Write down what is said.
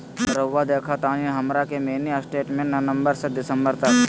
रहुआ देखतानी हमरा के मिनी स्टेटमेंट नवंबर से दिसंबर तक?